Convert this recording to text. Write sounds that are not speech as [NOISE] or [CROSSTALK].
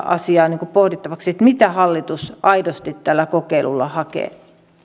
[UNINTELLIGIBLE] asiaa pohdittavaksi mitä hallitus aidosti tällä kokeilulla hakee